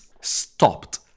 stopped